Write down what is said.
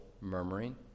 murmuring